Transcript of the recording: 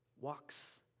walks